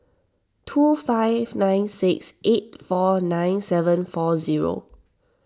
two five nine six eight four nine seven four zero